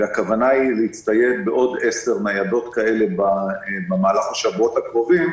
והכוונה להצטייד בעוד עשר ניידות כאלה במהלך השבועות הקרובים,